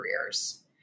careers